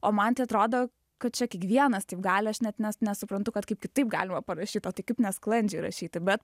o man tai atrodo kad čia kiekvienas taip gali aš net nes nesuprantu kad kaip kitaip galima parašyt o tai kaip nesklandžiai rašyti bet